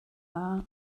dda